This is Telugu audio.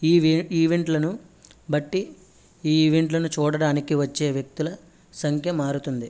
ఈ ఈవెంట్లను బట్టి ఈ ఈవెంట్లను చూడడానికి వచ్చే వ్యక్తుల సంఖ్య మారుతుంది